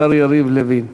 השר יריב לוין.